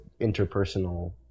interpersonal